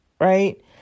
right